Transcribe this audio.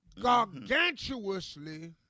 gargantuously